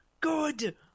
good